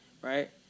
Right